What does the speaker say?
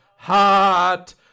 Hot